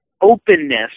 openness